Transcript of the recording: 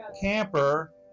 camper